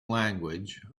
language